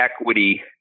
equity